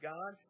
God